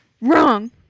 Wrong